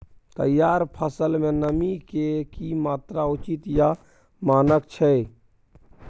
तैयार फसल में नमी के की मात्रा उचित या मानक छै?